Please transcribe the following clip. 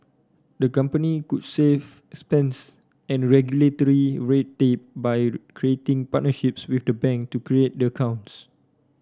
the company could save expense and regulatory red tape by creating partnerships with bank to create their accounts